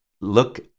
look